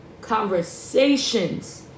conversations